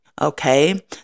okay